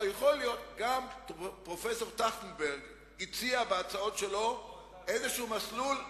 גם פרופסור טרכטנברג הציע בהצעות שלו איזשהו מסלול,